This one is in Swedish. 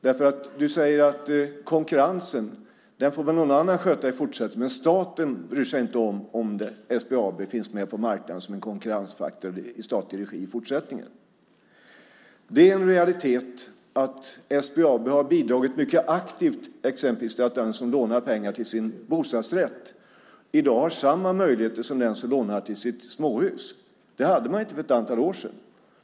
Du säger att någon annan får sköta konkurrensen i fortsättningen. Staten bryr sig inte om ifall SBAB finns med på marknaden som en konkurrensfaktor i statlig regi i fortsättningen. Det är en realitet att SBAB har bidragit mycket aktivt exempelvis till att den som lånar pengar till sin bostadsrätt i dag har samma möjligheter som den som lånar till sitt småhus. Det hade man inte för ett antal år sedan.